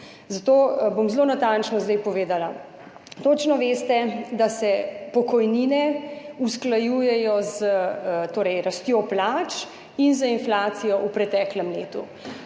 Zato bom zelo natančno zdaj povedala. Točno veste, da se pokojnine usklajujejo z rastjo plač in z inflacijo v preteklem letu.